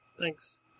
Thanks